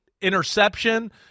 interception